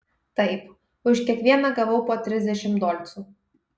taip už kiekvieną gavau po trisdešimt dolcų